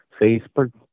Facebook